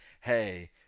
hey